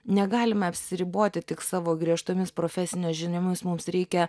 negalime apsiriboti tik savo griežtomis profesinėmis žiniomis mums reikia